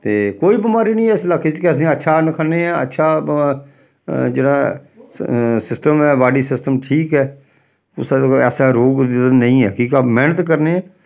ते कोई बमारी निं ऐ इस लाके च केह् आखदे आं अच्छा अन्न खन्ने आं अच्छा जेह्ड़ा सिस्टम ऐ बाडी सिस्टम ठीक ऐ कुसै गी ऐसा रोग नेईं ऐ कि के मेह्नत करनें